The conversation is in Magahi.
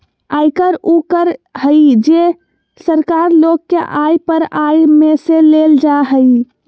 आयकर उ कर हइ जे सरकार लोग के आय पर आय में से लेल जा हइ